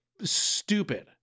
stupid